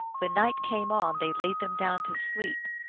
when night came on they laid them down to sleep,